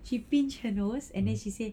she pinch her nose and then she say